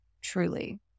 Truly